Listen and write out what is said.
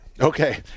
Okay